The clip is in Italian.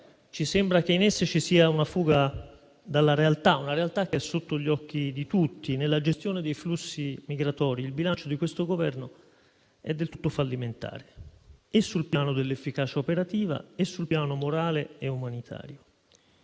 Ci sembra che in esse ci sia una fuga da una realtà che è sotto gli occhi di tutti. Nella gestione dei flussi migratori il bilancio di questo Governo è del tutto fallimentare sia sul piano dell'efficacia operativa, sia sul piano morale e umanitario.